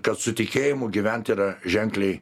kad su tikėjimu gyvent yra ženkliai